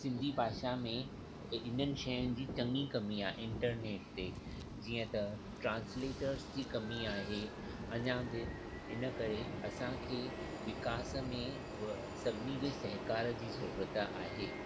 सिंधी भाषा में इन्हनि शयुनि जी चंॻी कमी आहे इंटरनेट ते जीअं त ट्रांसलेटर्स जी कमी आहे अञा बि इनकरे असांखे विकास में ऊअं सभिनी जे सहकार जी ज़रूरत आहे